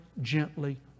gently